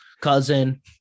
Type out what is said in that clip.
cousin